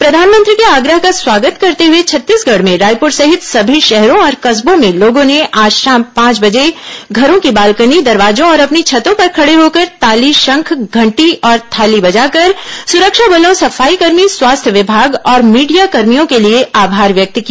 प्रधानमंत्री के आग्रह का स्वागत करते हुए छत्तीसगढ़ में रायपुर सहित सभी शहरों और कस्बों में लोगों ने आज शाम पांच बजे घरों की बालकनी दरवाजों और अपनी छतों पर खड़े होकर ताली शंख घंटी और थाली बजाकर सुरक्षा बलों सफाईकर्मी स्वास्थ्य विभाग और भीडियाकर्भियों के लिए आभार व्यक्त किया